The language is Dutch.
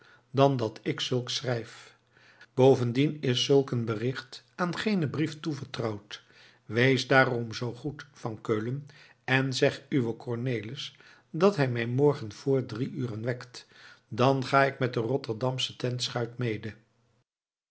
dan dat ik zulks schrijf daarenboven is zulk een bericht aan geenen brief toevertrouwd wees daarom zoo goed van keulen en zeg uwen cornelis dat hij mij morgen ochtend vr drie uren wekt dan ga ik met de rotterdamsche tentschuit mede